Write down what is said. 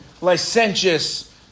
licentious